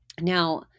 now